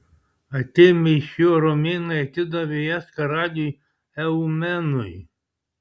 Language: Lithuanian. atėmę iš jo romėnai atidavė jas karaliui eumenui